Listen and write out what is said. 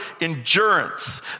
endurance